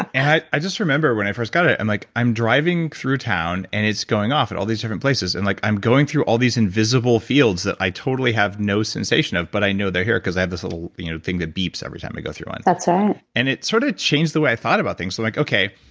i i just remember when i first got it, i'm like, i'm driving through town, and it's going off at all these different places. and like i'm going through all these invisible fields that i totally have no sensation of, but i know they're here because i have this little you know thing that beeps every time i go through one that's right so and it sort of changed the way i thought about things. i'm like, okay,